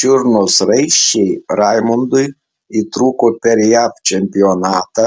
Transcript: čiurnos raiščiai raimundui įtrūko per jav čempionatą